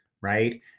right